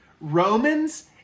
Romans